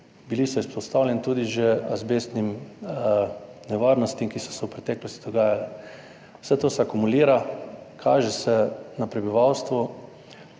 bili so izpostavljeni tudi že azbestnim nevarnostim, ki so se v preteklosti dogajale. Vse to se akumulira, kaže se na prebivalstvu,